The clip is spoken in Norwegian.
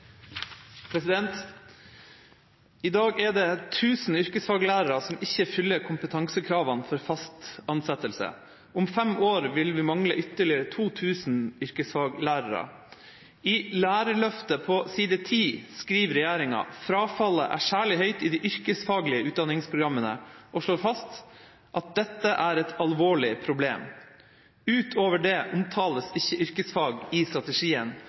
dag er det 1 000 yrkesfaglærere som ikke fyller kompetansekravene for fast ansettelse. Om 5 år vil vi mangle ytterligere 2 000 yrkesfaglærere. I «Lærerløftet» på side 10 skriver regjeringa: «Frafallet er særlig høyt i de yrkesfaglige utdanningsprogrammene», og slår fast at «Dette er et alvorlig problem». Ut over dette omtales ikke yrkesfag i strategien,